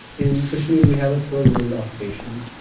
in kashmir, we have a third world occupation